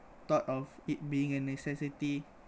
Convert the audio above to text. thought of it being a necessity